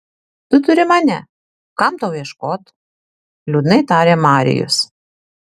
tu turi mane kam tau ieškot liūdnai tarė marijus